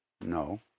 No